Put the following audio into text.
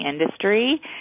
industry